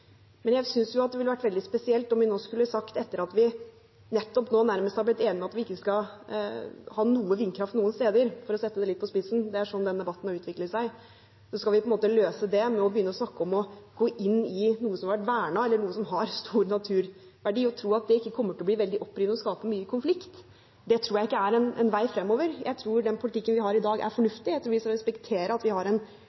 vi nettopp nærmest har blitt enige om at vi ikke skal ha vindkraft noe sted – for å sette det litt på spissen, det er sånn denne debatten har utviklet seg – hadde sagt at vi skal løse det med å gå inn i noe som har vært vernet, eller som har stor naturverdi, og tro at dette ikke kommer til å bli veldig opprivende og skape mye konflikt. Det tror jeg ikke er en vei framover. Jeg tror den politikken vi har i dag, er